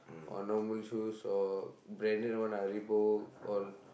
or normal shoes or branded one ah Reebok all